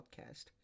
podcast